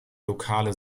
lokale